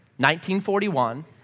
1941